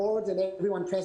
לחברי הוועדה ולנוכחים.